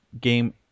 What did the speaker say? game